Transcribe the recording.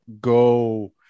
go